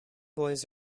boys